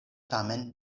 tamen